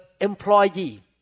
employee